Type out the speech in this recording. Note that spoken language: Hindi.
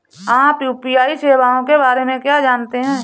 आप यू.पी.आई सेवाओं के बारे में क्या जानते हैं?